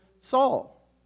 Saul